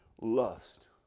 lust